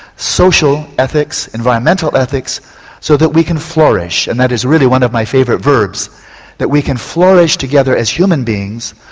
social ethics, environmental ethics so that we can flourish and that is really one of my favourite verbs that we can flourish together as human beings,